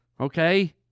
okay